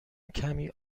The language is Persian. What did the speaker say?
کمی